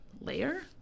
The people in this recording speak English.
layer